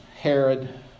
Herod